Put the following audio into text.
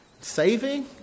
saving